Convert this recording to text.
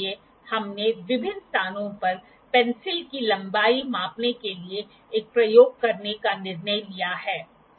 इसलिए हमने विभिन्न स्थानों पर पेंसिल की लंबाई मापने के लिए एक प्रयोग करने का निर्णय लिया है